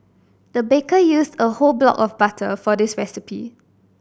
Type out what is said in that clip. the baker used a whole block of butter for this recipe